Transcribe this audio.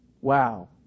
Wow